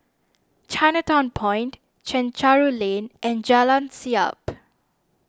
Chinatown Point Chencharu Lane and Jalan Siap